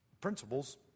principles